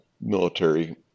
military